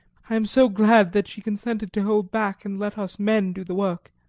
i am so glad that she consented to hold back and let us men do the work.